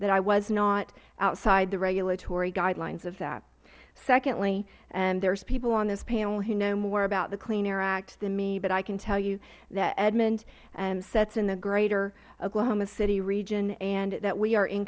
that i was not outside the regulatory guidelines of that secondly there are people on this panel who know more about the clean air act than me but i can tell you that edmond sits in a greater oklahoma city region and that we are in